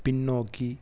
பின்னோக்கி